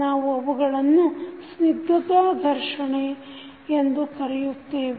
ನಾವು ಅವುಗಳನ್ನು ಸ್ನಿಗ್ಧತಾ ಘರ್ಷಣೆ ಎಂದು ಕರೆಯುತ್ತೇವೆ